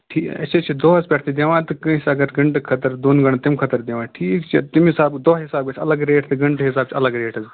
ٹھیٖک أسۍ حظ چھِ دۄہَس پٮ۪ٹھ تہِ دِوان تہٕ کٲنٛسہِ اَگر گَنٹہٕ خٲطٔر دۅن گَنٹَن تَمہِ خٲطرٕ دِوان ٹھیٖک چھُ تَمہِ حِسابہٕ دۄہ حِسابہٕ گژھِ اَلگ ریٹ تہٕ گَنٹہٕ حِسابہٕ چھِ اَلگ ریٹ حظ